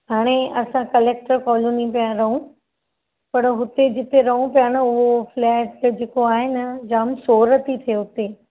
हाणे असां collector colony पिया रहू पर हुते जिते रहू पिया न उहो फ्लैट जेको आहे न जाम शोर थी थिए हुते